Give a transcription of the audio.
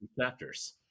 Chapters